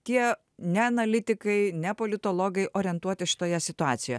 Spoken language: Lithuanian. tie ne analitikai ne politologai orientuoti šitoje situacijoje